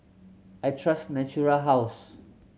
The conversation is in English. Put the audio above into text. I trust Natura House